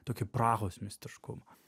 tokiu prahos mistišku